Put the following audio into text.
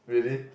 really